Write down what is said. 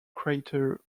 crater